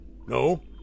no